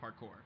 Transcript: parkour